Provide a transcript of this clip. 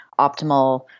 optimal